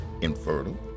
infertile